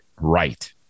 Right